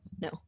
No